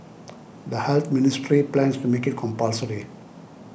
the Health Ministry plans to make it compulsory